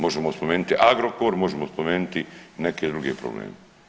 Možemo spomenuti Agrokor možemo spomenuti neke druge probleme.